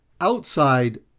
outside